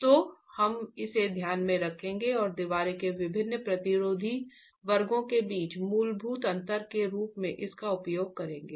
तो हम इसे ध्यान में रखेंगे और दीवार के विभिन्न प्रतिरोधी वर्गों के बीच मूलभूत अंतर के रूप में इसका उपयोग करेंगे